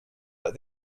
but